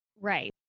Right